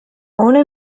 ohne